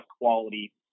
quality